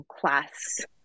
class